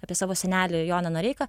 apie savo senelį joną noreiką